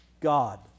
God